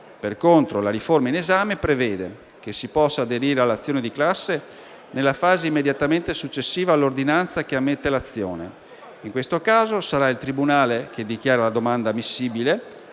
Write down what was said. Per contro, la riforma in esame prevede che si possa aderire all'azione di classe nella fase immediatamente successiva all'ordinanza che ammette l'azione. In questo caso, sarà il tribunale che dichiara la domanda ammissibile